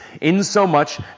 insomuch